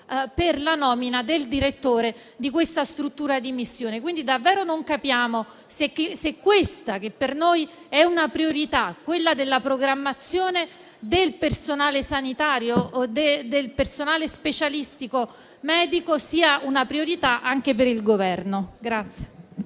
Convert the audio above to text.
per la nomina del direttore di questa struttura di missione. Quindi, non capiamo davvero se quella che per noi è una priorità, quella della programmazione del personale sanitario o del personale specialistico medico, lo sia anche per il Governo.